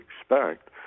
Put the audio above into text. expect